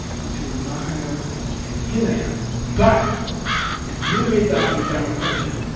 between mahayana and hinayana, but if you read the abhidharmakosha,